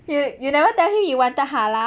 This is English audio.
you you never tell him you wanted halal